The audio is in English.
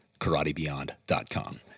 KarateBeyond.com